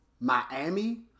Miami